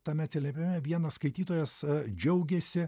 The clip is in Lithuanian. tame atsiliepime vienas skaitytojas džiaugėsi